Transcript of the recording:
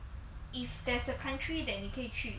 if there's a country that 你可以去